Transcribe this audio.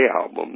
album